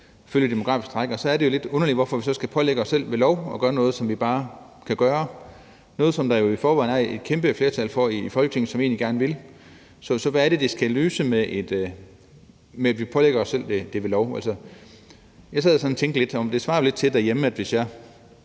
følge det demografiske træk. Så er det jo lidt underligt, hvorfor vi så skal pålægge os selv ved lov at gøre noget, som vi bare kan gøre; noget, som der i forvejen er et kæmpe flertal i Folketinget som egentlig gerne vil. Så hvad er det, det skal løse, at vi pålægger os selv det ved lov? Jeg sad og tænkte på, at det jo svarer lidt til, hvis jeg